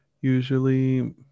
usually